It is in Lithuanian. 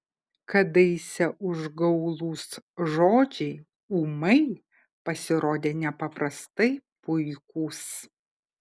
kadaise užgaulūs žodžiai ūmai pasirodė nepaprastai puikūs